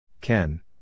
Ken